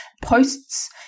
Posts